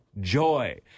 joy